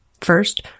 First